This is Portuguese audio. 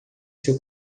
seu